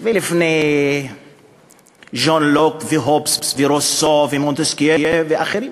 ולפני ג'ון לוק והובס ורוסו ומונטסקיה ואחרים.